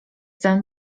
ten